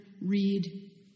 read